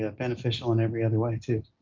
ah beneficial in every other way, too,